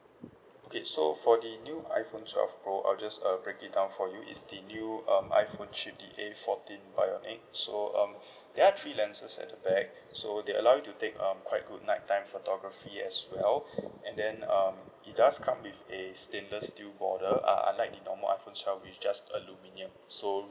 okay so for the new iphone twelve pro I'll just uh break it down for you is the new um iphone chip the A fourteen bionic so um there are three lenses at the back so they allow you to take um quite good night time photography as well and then um it does come with a stainless steel border uh unlike the normal iphone twelve which is just aluminium so